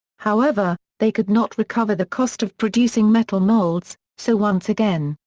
however, they could not recover the cost of producing metal molds, so once again,